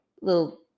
little